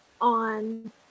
on